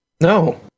No